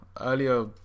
earlier